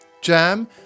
Jam